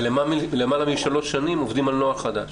ולמעלה משלוש שנים עובדים על נוהל חדש.